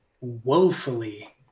woefully